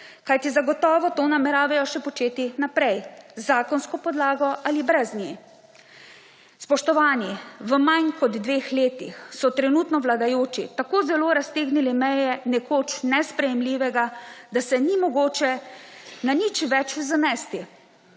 kajti zagotovo to nameravajo to početi naprej z zakonsko podlago ali brez nje. Spoštovani, v manj kot dveh letih so trenutno vladajoči tako zelo raztegnili meje nekoč nesprejemljivega, da se ni mogoče na nič več zanesti.